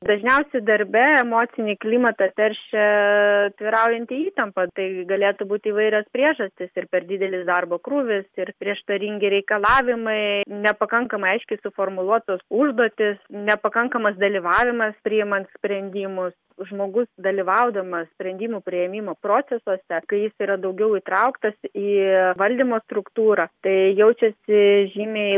dažniausiai darbe emocinį klimatą teršia tvyraujanti įtampa tai galėtų būti įvairios priežastys ir per didelis darbo krūvis ir prieštaringi reikalavimai nepakankamai aiškiai suformuluotos užduotys nepakankamas dalyvavimas priimant sprendimus žmogus dalyvaudamas sprendimų priėmimo procesuose kai jis yra daugiau įtrauktas į valdymo struktūrą tai jaučiasi žymiai